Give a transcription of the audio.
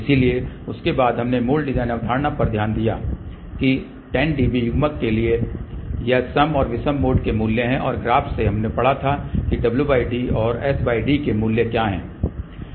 इसलिए उसके बाद हमने मूल डिजाइन अवधारणा पर ध्यान दिया कि 10 dB युग्मन के लिए ये सम और विषम मोड के मूल्य हैं और ग्राफ़ से हमने पढ़ा था कि wd और sd के मूल्य क्या हैं